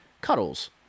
cuddles